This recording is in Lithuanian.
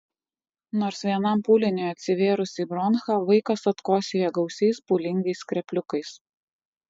nors vienam pūliniui atsivėrus į bronchą vaikas atkosėja gausiais pūlingais skrepliukais